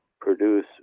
produce